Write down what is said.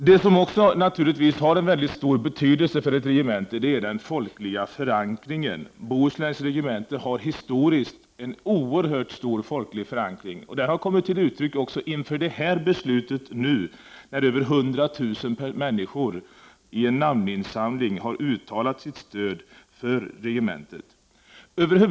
Det som också har en väldig betydelse för ett regemente är naturligtvis den folkliga förankringen. Bohusläns regemente har historiskt sett en oerhört stor folklig förankring. Det har också kommit till uttryck inför detta beslut, när över 100 000 människor i en namninsamling har uttalat sitt stöd för regementet.